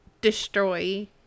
destroy